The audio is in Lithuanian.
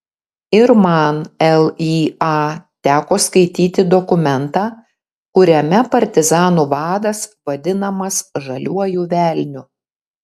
ir man lya teko skaityti dokumentą kuriame partizanų vadas vadinamas žaliuoju velniu